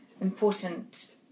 important